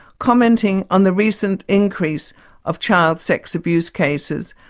commenting on the recent increase of child sex abuse cases,